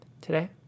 today